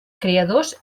creadors